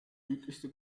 südlichste